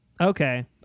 okay